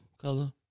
color